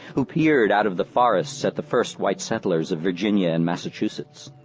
who peered out of the forests at the first white settlers of virginia and massachusetts?